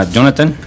Jonathan